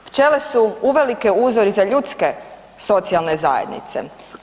Pčele su uvelike uzor i za ljudske socijalne zajednice.